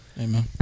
Amen